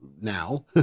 now